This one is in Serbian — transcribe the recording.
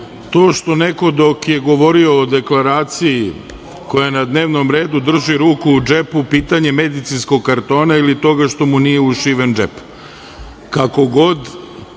to što neko dok je govorio o Deklaraciji koja je na dnevnom redu drži ruku u džepu pitanje medicinskog kartona ili toga što mu nije ušiven džep?